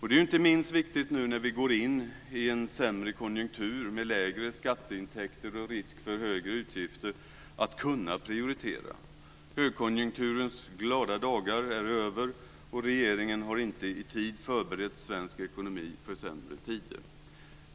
Det är inte minst viktigt nu när vi går in i en sämre konjunktur med lägre skatteintäkter och risk för högre utgifter att kunna prioritera. Högkonjunkturens glada dagar är över, och regeringen har inte i tid förberett svensk ekonomi för sämre tider.